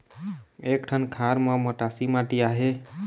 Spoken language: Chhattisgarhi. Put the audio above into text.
एक ठन खार म मटासी माटी आहे?